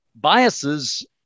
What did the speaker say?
biases